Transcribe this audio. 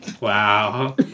Wow